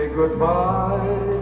goodbye